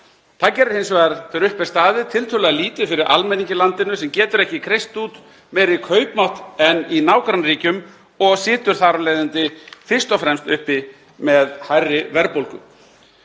Það gerir hins vegar, þegar upp er staðið, tiltölulega lítið fyrir almenning í landinu sem getur ekki kreist út meiri kaupmátt en í nágrannaríkjum og situr þar af leiðandi fyrst og fremst uppi með hærri verðbólgu.